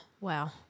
Wow